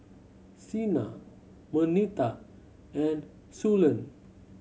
Sina Marnita and Suellen